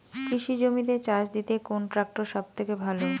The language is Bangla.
কৃষি জমিতে চাষ দিতে কোন ট্রাক্টর সবথেকে ভালো?